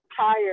tired